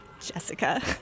Jessica